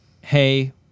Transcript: hey